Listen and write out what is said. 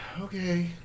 Okay